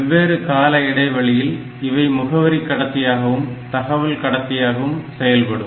வெவ்வேறு கால இடைவெளியில் இவை முகவரி கடத்தியாகவும் தகவல் கடத்தியாகவும் செயல்படும்